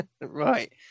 Right